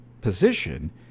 position